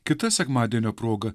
kita sekmadienio proga